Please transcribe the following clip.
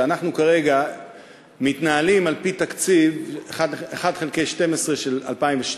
שאנחנו כרגע מתנהלים על-פי תקציב 1 חלקי 12 של 2012,